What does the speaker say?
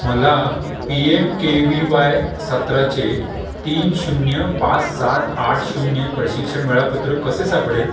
मला P M K V Y सत्राचे तीन शून्य पाच सात आठ शून्य प्रशिक्षण वेळापत्रक कसे सापडेल